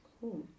Cool